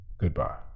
goodbye